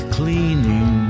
cleaning